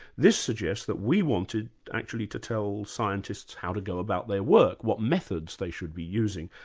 this suggests that we wanted actually to tell scientists how to go about their work, what methods they should be using.